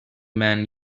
man